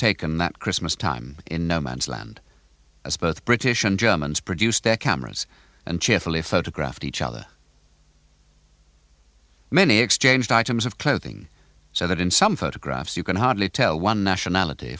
taken that christmas time in no man's land as both british and germans produced their cameras and cheerfully photographed each other many exchanged items of clothing so that in some photographs you can hardly tell one nationality